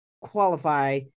qualify